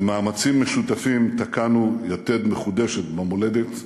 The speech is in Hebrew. במאמצים משותפים תקענו יתד מחודשת במולדת,